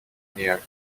near